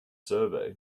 survey